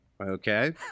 Okay